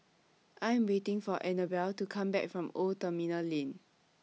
I'm waiting For Anabel to Come Back from Old Terminal Lane